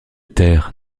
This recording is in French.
taire